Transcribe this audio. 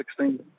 2016